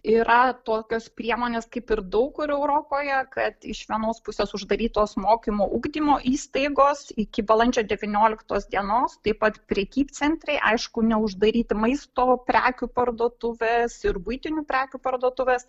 yra tokios priemonės kaip ir daug kur europoje kad iš vienos pusės uždarytos mokymo ugdymo įstaigos iki balandžio devynioliktos dienos taip pat prekybcentriai aišku neuždaryti maisto prekių parduotuvės ir buitinių prekių parduotuvės